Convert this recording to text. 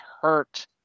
hurt